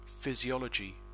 physiology